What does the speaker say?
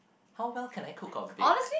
how well can I cook or bake